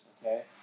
okay